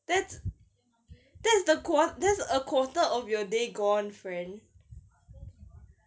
that's that's the qua~ that's a quarter of your day gone friend